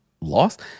lost